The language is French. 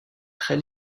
très